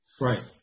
right